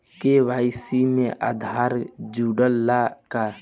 KYC में आधार जुड़े ला का?